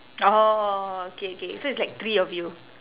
orh K K so it's like three of you